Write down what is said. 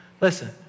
Listen